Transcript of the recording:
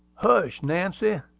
hush, nancy!